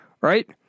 Right